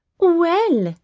well,